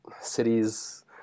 cities